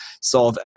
solve